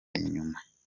inyuma